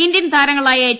Indian താരങ്ങളായ H